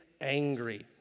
angry